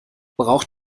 braucht